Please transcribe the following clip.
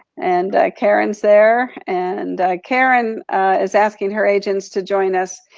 and karen's there, and karen is asking her agents to join us.